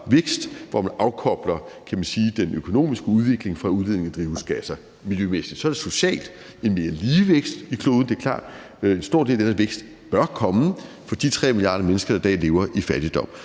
vækst, hvor man afkobler den økonomiske udvikling fra udledningen af drivhusgasser miljømæssigt. Så er der socialt en mere lige vækst på kloden. Det er klart, at en stor del af den her vækst bør komme fra de 3 milliarder mennesker, der i dag lever i fattigdom.